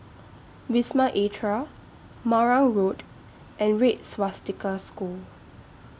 Wisma Atria Marang Road and Red Swastika School